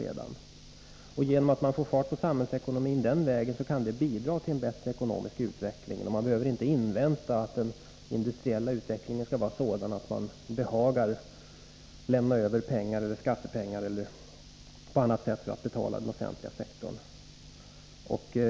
Den vägen kan man få fart på samhällsekonomin, och det kan bidra till en bättre ekonomisk utveckling. Man behöver då inte invänta att den industriella utvecklingen skall bli sådan att industrin behagar lämna över pengar — skattepengar eller andra — för att betala den offentliga sektorn.